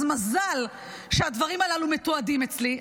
אז מזל שהדברים הללו מתועדים אצלי.